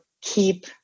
keep